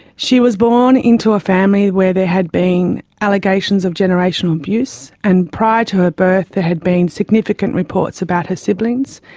she was born into a family where there had been allegations of generational abuse, and prior to her birth there had been significant reports about her siblings.